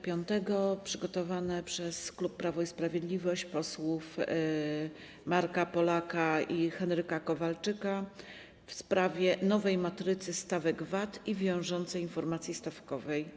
Pytanie przygotowane przez klub Prawo i Sprawiedliwość, posłów Marka Polaka i Henryka Kowalczyka, w sprawie nowej matrycy stawek VAT i wiążącej informacji stawkowej.